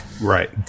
Right